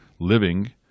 Living